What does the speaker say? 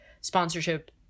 sponsorship